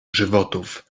żywotów